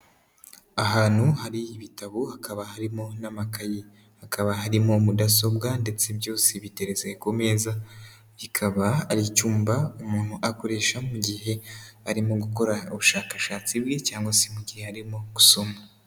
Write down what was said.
Ahantu hari ibitabo hakaba harimo n'amakayi, hakaba harimo mudasobwa ndetse byose biteretse ku meza, kikaba ari icyumba umuntu akoresha mu gihe arimo gukora ubushakashatsi bwe cyangwa se mu gihe arimo gusoma.